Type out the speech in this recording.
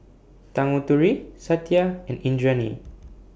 Tanguturi Satya and Indranee